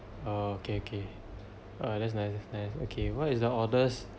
oh okay okay ah that's nice that's nice okay what is the oddest